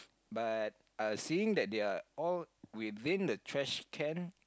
but uh seeing that they are all within the trash can